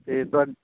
ਅਤੇ ਤੁਹਾ